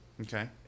Okay